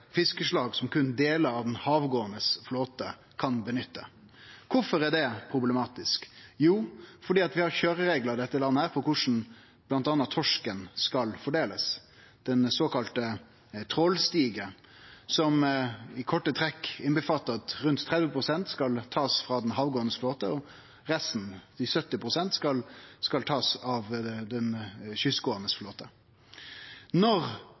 fiskeslag som berre deler av den havgåande flåten kan nytte. Kvifor er det problematisk? Jo, fordi vi har køyrereglar i dette landet for korleis bl.a. torsken skal fordelast, den såkalla trålstigen, som i korte trekk inneber at rundt 30 pst. skal tas frå den havgåande flåten og resten, 70 pst., skal tas frå den kystgåande